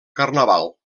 carnaval